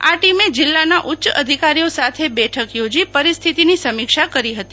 આ ટીમે જિલ્લાના ઉચ્ચ અધિકારીઓ સાથે બેઠક યોજી પરિસ્થિતીની સમીક્ષા કરી હતી